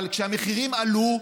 אבל כשהמחירים עלו,